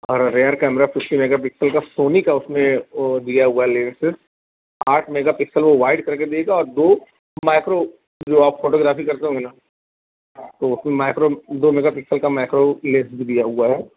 اور rear camera fifty megapixel کا Sony کا اس میں وہ دیا ہوا ہے لینسز آٹھ میگا پکسل وہ وائڈ کر کے دیگا اور دو مائکرو جو آپ فوٹو گرافی کرتے ہوں گے نا تو اس میں مائکرو دو میگا پکسل کا مائکرو لینس بھی دیا ہوا ہے